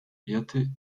werte